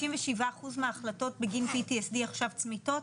97 אחוז מההחלטות בגין PTSD עכשיו צמיתות,